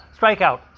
strikeout